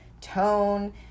tone